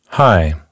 Hi